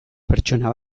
pertsona